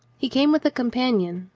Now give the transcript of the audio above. he came with a companion,